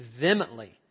vehemently